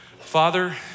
Father